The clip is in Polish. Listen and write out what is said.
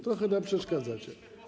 Trochę nam przeszkadzacie.